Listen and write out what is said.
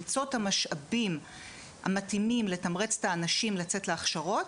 למצוא את המשאבים המתאימים לתמרץ את האנשים לצאת להכשרות,